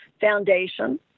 foundation